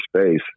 Space